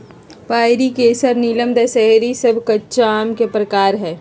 पयरी, केसर, नीलम, दशहरी सब कच्चा आम के प्रकार हय